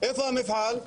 איפה המפעל?